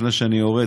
לפני שאני יורד,